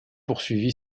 poursuivi